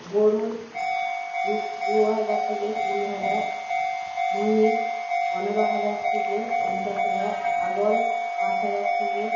গরু দুস দু হাজার থেকে কুড়ি হাজার মহিষ পনেরো হাজার থেকে পঞ্চাশ হাজার ছাগল পাঁচ হাজার থেকে